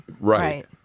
Right